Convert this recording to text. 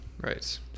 Right